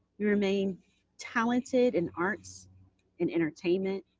you remained talented in art and entertainment.